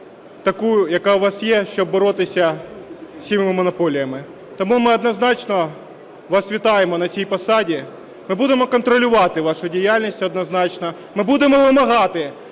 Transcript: яка у вас є, щоб боротися з цими монополіями. Тому ми однозначно вас вітаємо на цій посаді. Ми будемо контролювати вашу діяльність, однозначно. Ми будемо вимагати,